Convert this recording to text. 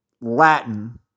Latin